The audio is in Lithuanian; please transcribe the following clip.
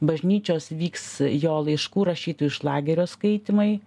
bažnyčios vyks jo laiškų rašytų iš lagerio skaitymai